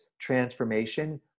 transformation